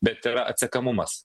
bet yra atsekamumas